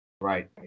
right